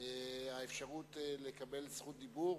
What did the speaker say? האפשרות לקבל זכות דיבור